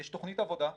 יש תוכנית עבודה מסודרת,